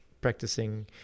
practicing